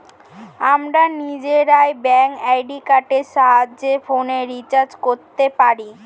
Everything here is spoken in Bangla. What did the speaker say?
আমরা নিজেরা ব্যাঙ্ক অ্যাকাউন্টের সাহায্যে ফোনের রিচার্জ করতে পারি